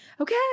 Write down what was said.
okay